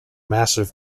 massive